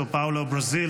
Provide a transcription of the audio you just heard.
from Sao Paulo Brazil,